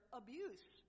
abuse